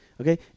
Okay